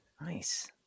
Nice